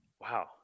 Wow